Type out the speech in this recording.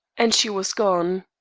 and she was gone.